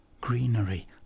greenery